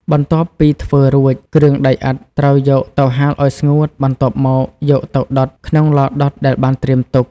បន្ទាប់ពីធ្វើរួច គ្រឿងដីឥដ្ឋត្រូវយកទៅហាលឲ្យស្ងួត បន្ទាប់មកយកទៅ ដុត ក្នុងឡដុតដែលបានត្រៀមទុក។